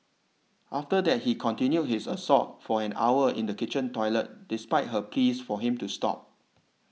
after that he continued his assault for an hour in the kitchen toilet despite her pleas for him to stop